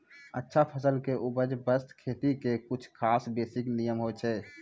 अच्छा फसल के उपज बास्तं खेती के कुछ खास बेसिक नियम होय छै